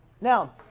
Now